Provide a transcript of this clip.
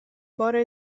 بار